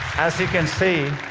as you can see,